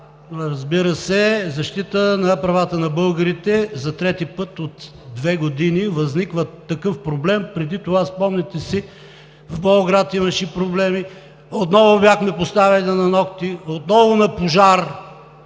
разбира се, е защита на правата на българите. За трети път от две години възниква такъв проблем. Преди това, спомняте си, в Болград имаше проблеми. Отново бяхме поставени на нокти, отново на пожар